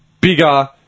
bigger